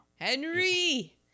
Henry